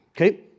Okay